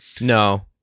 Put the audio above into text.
no